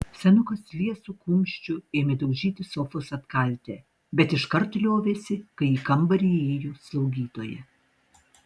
senukas liesu kumščiu ėmė daužyti sofos atkaltę bet iškart liovėsi kai į kambarį įėjo slaugytoja